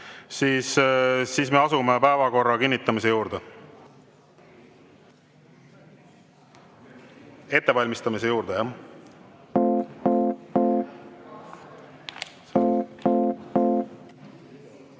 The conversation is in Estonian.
siis me asume päevakorra kinnitamise juurde. Ettevalmistamise juurde, jah. Head